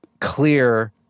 clear